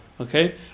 okay